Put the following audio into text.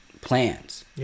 plans